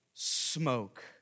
Smoke